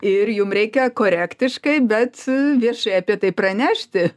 ir jum reikia korektiškai bet viešai apie tai pranešti